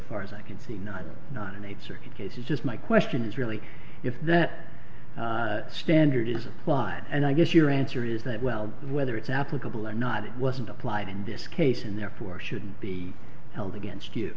far as i can see not not in a circuit case is just my question is really if that standard is applied and i guess your answer is that well whether it's applicable or not it wasn't applied in this case and therefore shouldn't be held against you